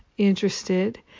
interested